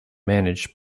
managed